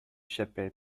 chapelle